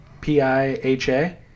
P-I-H-A